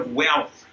wealth